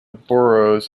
boroughs